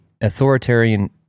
authoritarian